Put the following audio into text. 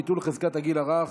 ביטול חזקת הגיל הרך),